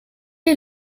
est